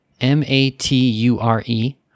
M-A-T-U-R-E